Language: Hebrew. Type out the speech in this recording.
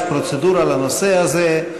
יש פרוצדורה לנושא הזה.